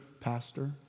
pastor